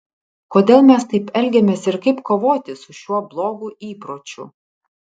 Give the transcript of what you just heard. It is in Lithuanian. kodėl mes taip elgiamės ir kaip kovoti su šiuo blogu įpročiu